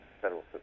Federal